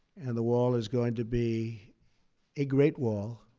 and the wall is going to be a great wall,